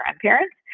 grandparents